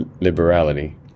liberality